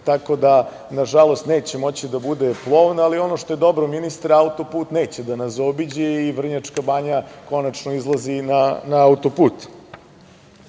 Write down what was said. Ona na žalost, neće moći da bude plovna. Ono što je dobro ministre, auto put neće da nas zaobiđe i Vrnjačka Banja, konačno izlazi na auto